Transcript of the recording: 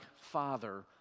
father